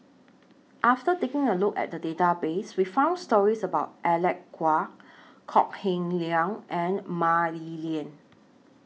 after taking A Look At The Database We found stories about Alec Kuok Kok Heng Leun and Mah Li Lian